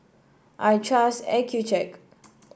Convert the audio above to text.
I trust Accucheck